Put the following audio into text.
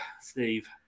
Steve